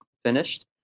finished